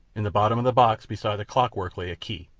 in the bottom of the box, beside the clockwork, lay a key,